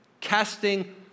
casting